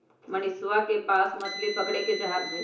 मनीषवा के पास मछली पकड़े के जहाज हई